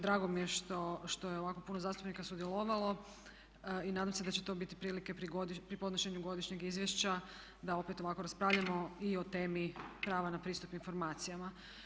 Drago mi je što je ovako puno zastupnika sudjelovalo i nadam se da će to biti prilike pri podnošenju godišnjeg izvješća da opet ovako raspravljamo i o temi prava na pristup informacijama.